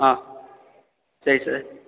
ஆ சரி சார்